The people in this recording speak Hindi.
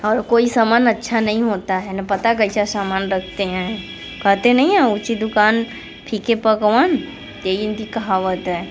और कोई समान अच्छा नहीं होता है ना पता कैसा सामान रखते हैं कहते नहीं हैं ऊँची दुकान फीके पकवान यही इनकी कहावत है